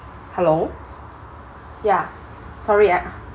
hello ya sorry I